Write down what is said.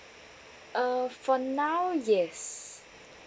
uh for now yes